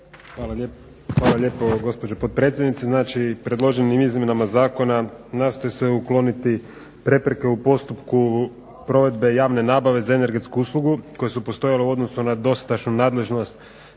Alen** Hvala lijepo gospođo potpredsjednice. Znači, predloženim izmjenama zakona nastoji se ukloniti prepreke u postupku provedbe javne nabave za energetsku uslugu koje su postojale u odnosu na dostašnu nadležnost